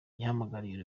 yahamagariye